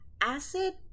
acid